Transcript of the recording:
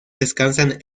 descansan